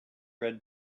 read